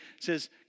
says